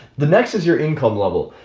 the next is your income level.